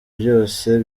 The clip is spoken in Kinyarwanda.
byose